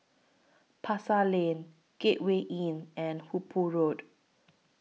Pasar Lane Gateway Inn and Hooper Road